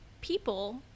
people